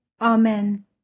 amen